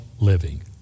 living